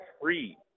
free